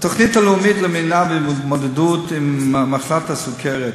התוכנית הלאומית למניעה והתמודדות עם מחלת הסוכרת: